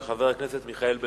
של חבר הכנסת מיכאל בן-ארי,